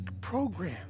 program